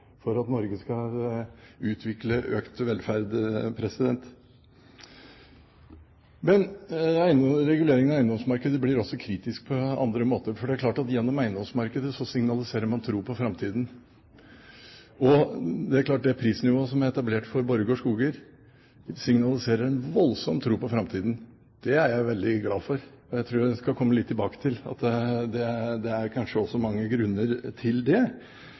for at Norge skal utvikle økt velferd. Reguleringen av eiendomsmarkedet blir også kritisk på andre måter, for gjennom eiendomsmarkedet signaliserer man tro på framtiden. Og det er klart at det prisnivået som er etablert for Borregaard Skoger, signaliserer en voldsom tro på framtiden. Det er jeg veldig glad for. Jeg tror jeg skal komme litt tilbake til at det kanskje også er mange grunner til det.